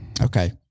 okay